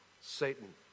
Satan